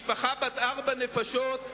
משפחה בת ארבע נפשות,